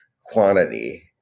quantity